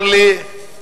אמרה לי דמות